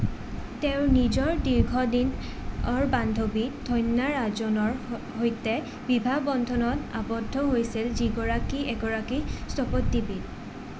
তেওঁ নিজৰ দীৰ্ঘদিনৰ বান্ধবী ধন্যা ৰাজনৰ সৈতে বিবাহবন্ধনত আৱদ্ধ হৈছিল যিগৰাকী এগৰাকী স্থপতিবিদ